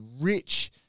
rich